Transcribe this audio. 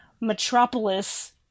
Metropolis